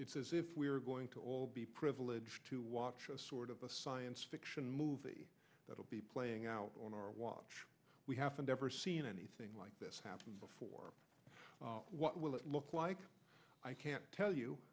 as if we're going to all be privileged to watch a sort of a science fiction movie that will be playing out on our watch we haven't ever seen anything like this happen before what will it look like i can't tell you